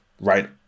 right